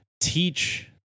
teach